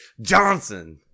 Johnson